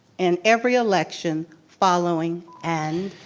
in every election following, and.